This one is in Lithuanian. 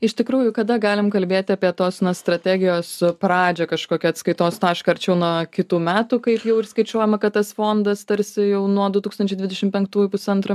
iš tikrųjų kada galim kalbėti apie tos strategijos pradžią kažkokį atskaitos tašką arčiau nuo kitų metų kaip jau ir skaičiuojama kad tas fondas tarsi jau nuo du tūkstančiai dvidešimt penktųjų pusantro